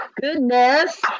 Goodness